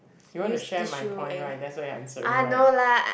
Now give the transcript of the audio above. you want to share my point right that's why you are answering right